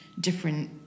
different